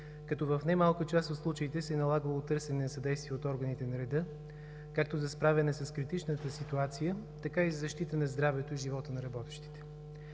като в не малка част от случаите се налага търсене на съдействие от органите на реда както със справяне с критичната ситуация, така и за защита на здравето и живота на работещите.